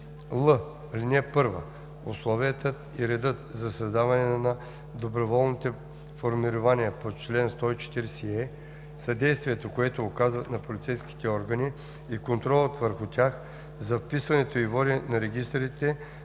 Чл. 140л. (1) Условията и редът за създаване на доброволните формирования по чл. 140е, съдействието, което оказват на полицейските органи и контролът върху тях, за вписването и воденето на регистрите